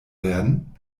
werden